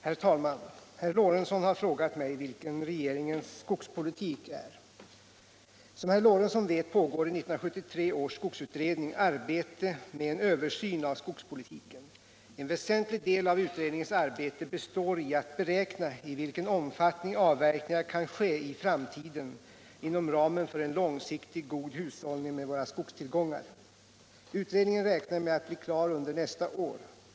Herr talman! Herr Lorentzon i Kramfors har frågat mig vilken regeringens skogspolitik är. Som herr Lorentzon vet pågår i 1973 års skogsutredning arbete med en översyn av skogspolitiken. En väsentlig del av utredningens arbete består i att beräkna i vilken omfattning avverkningar kan ske i framtiden inom ramen för en långsiktig, god hushållning med våra skogstillgångar. Utredningen räknar med att bli klar under nästa år.